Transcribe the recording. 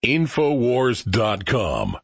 Infowars.com